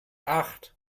acht